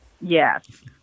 Yes